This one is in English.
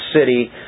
city